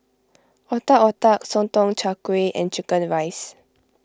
Otak Otak Sotong Char Kway and Chicken Rice